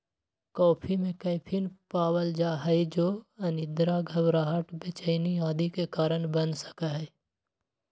coffee में caffeine पावल जा हई जो अनिद्रा, घबराहट, बेचैनी आदि के कारण बन सका हई